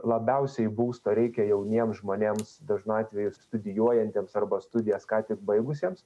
labiausiai būsto reikia jauniems žmonėms dažnu atveju studijuojantiems arba studijas ką tik baigusiems